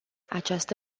această